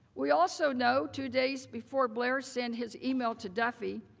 we also know two days before allaire sent his email to duffey,